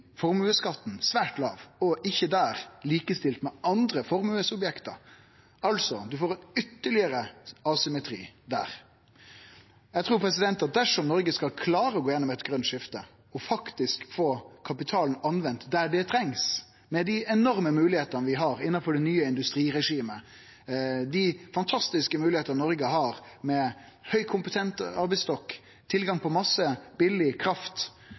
formuesskatten svært låg og ikkje likestilt med andre formuesobjekt. Altså får ein ein ytterlegare asymmetri der. Eg trur at dersom Noreg skal klare å gå gjennom eit grønt skifte og faktisk få kapitalen brukt der det trengst, med dei enorme moglegheitene vi har innanfor det nye industriregimet, dei fantastiske moglegheitene Noreg har med høgkompetent arbeidsstokk, tilgang på mykje billig kraft